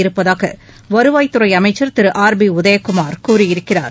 இருப்பதாக வருவாய்த் துறை அமைச்சர் திரு ஆர் பி உதயகுமார் கூறியிருக்கிறார்